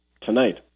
tonight